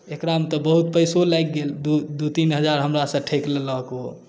एकरामे तऽ बहुत पैसो लागि गेल दू तीन हजार हमरासँ ठकि लेलक ओ